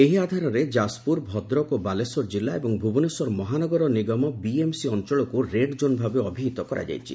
ଏହି ଆଧାରରେ ଯାଜପୁର ଭଦ୍ରକ ଓ ବାଲେଶ୍ୱର ଜିଲ୍ଲା ଏବଂ ଭୁବନେଶ୍ୱର ମହାନଗର ନିଗମ ବିଏମ୍ସି ଅଞ୍ଞଳକୁ ରେଡ ଜୋନ୍ ଭାବେ ଅଭିହିତ କରାଯାଇଛି